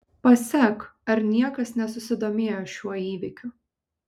pasek ar niekas nesusidomėjo šiuo įvykiu